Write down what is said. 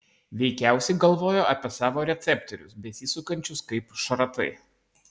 veikiausiai galvojo apie savo receptorius besisukančius kaip šratai